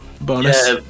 bonus